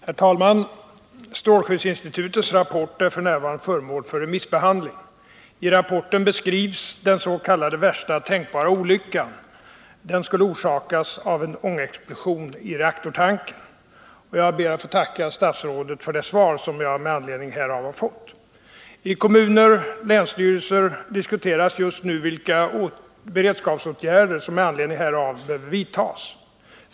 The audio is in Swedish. Herr talman! Strålskyddsinstitutets rapport Effektivare beredskap är f. n. föremål för remissbehandling. I rapporten beskrivs den s.k. värsta tänkbara olyckan. Den skulle orsakas av en ångexplosion i reaktortanken. Jag ber att få tacka statsrådet för det svar som jag med anledning av min fråga om denna rapport har fått. I kommuner och länsstyrelser diskuteras just nu vilka beredskapsåtgärder som med anledning av rapporten behöver vidtas.